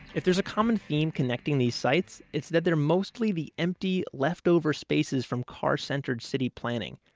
if there's a common theme connecting these sites, it's that they're mostly the empty, left-over spaces from car-centered city planning.